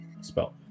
spell